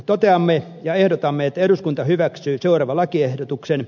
toteamme ja ehdotamme että eduskunta hyväksyy seuraavan lakiehdotuksen